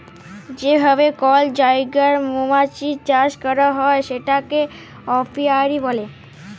যে ভাবে কল জায়গায় মমাছির চাষ ক্যরা হ্যয় সেটাকে অপিয়ারী ব্যলে